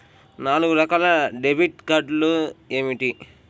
నాలుగు రకాల డెబిట్ కార్డులు ఏమిటి?